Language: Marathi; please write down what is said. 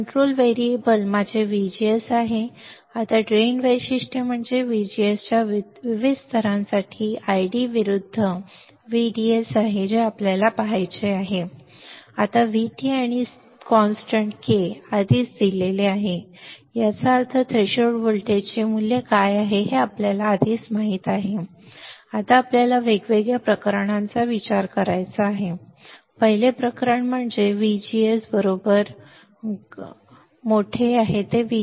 तर कंट्रोल व्हेरिएबल माझे व्हीजीएस आहे आता ड्रेन वैशिष्ट्य म्हणजे व्हीजीएसच्या विविध स्तरांसाठी आयडी विरुद्ध व्हीडीएस आहे जे आपल्याला पाहायचे आहे आता VT आणि स्थिर k आधीच दिले आहे याचा अर्थ थ्रेशोल्ड व्होल्टेजचे मूल्य काय आहे हे आपल्याला आधीच माहित आहे आता आपल्याला वेगवेगळ्या प्रकरणांचा विचार करायचा होता पहिले प्रकरण म्हणजे VGS VT